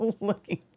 looking